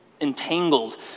entangled